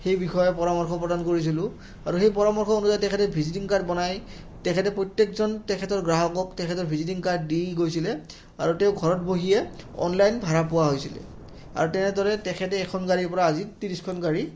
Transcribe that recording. সেই বিষয়ে পৰামৰ্শ প্ৰদান কৰিছিলোঁ আৰু সেই পৰামৰ্শ অনুযায়ী তেখেতে ভিজিটিং কাৰ্ড বনাই তেখেতে প্ৰত্যেকজন তেখেতৰ গ্ৰাহকক তেখেতৰ ভিজিটিং কাৰ্ড দি গৈছিলে আৰু তেওঁ ঘৰত বহিয়ে অনলাইন ভাড়া পোৱা হৈছিলে আৰু তেনেদৰে তেখেতে এখন গাড়ীৰ পৰা আজি ত্ৰিছখন গাড়ী